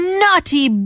naughty